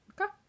okay